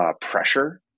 pressure